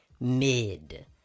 mid